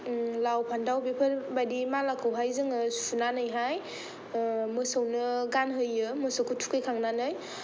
लाउ फान्थाव बेफोरबादि मालाखौहाय जोङो सुनानैहाय मोसौनो गानहोयो मोसौखौ थुखैखांनानै